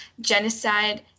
genocide